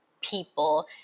people